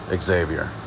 Xavier